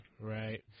right